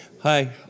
hi